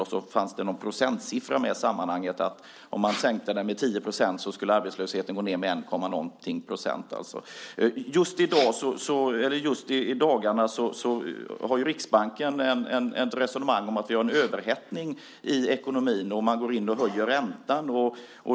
Det fanns någon procentsiffra med i sammanhanget, att om man sänkte nivån med 10 % skulle arbetslösheten gå ned med ca 1 %. Just i dagarna har Riksbanken ett resonemang om att vi har en överhettning i ekonomin, och man går in och höjer räntan.